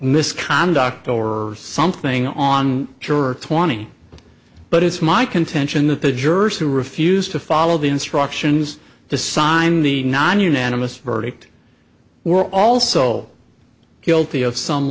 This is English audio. misconduct or something on juror twenty but it's my contention that the jurors who refused to follow the instructions to sign the non unanimous verdict were also hilti of some